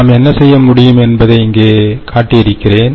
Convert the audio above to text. நாம் என்ன செய்ய முடியும் என்பதை இங்கே காட்டி இருக்கிறேன்